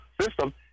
system